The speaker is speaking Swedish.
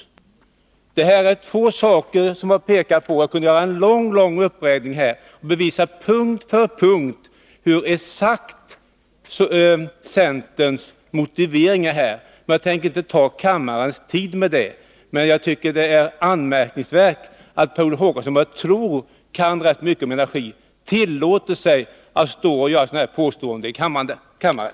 Det här är två saker som vi har pekat på. Jag skulle på punkt efter punkt kunna redogöra för centerns motiveringar, men jag tänker inte ta upp kammarens tid med det. Jag finner det emellertid anmärkningsvärt att Per Olof Håkansson, som jag tror kan rätt mycket om energi, kan tillåta sig att göra sådana här påståenden i kammaren.